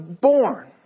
born